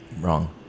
wrong